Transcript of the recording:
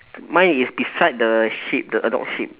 mine is beside the sheep the adult sheep